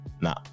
Nah